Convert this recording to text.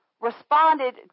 responded